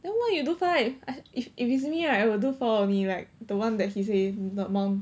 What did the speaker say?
then why you do five I if if it's me right I will do four only like the one that he say not more